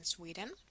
Sweden